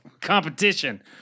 competition